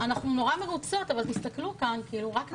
אנחנו נורא מרוצות אבל תסתכלו כאן, רק נשים.